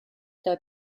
der